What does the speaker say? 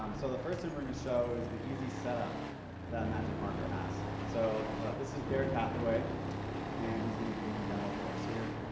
um so first i'm going to show is the easy setup that magicmarker has. so this is derrick hathaway and he's going to be doing a demo for us here.